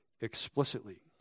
explicitly